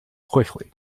quickly